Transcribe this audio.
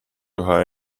üha